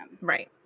Right